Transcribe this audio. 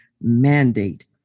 mandate